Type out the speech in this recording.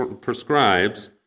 prescribes